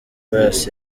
pius